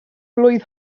blwydd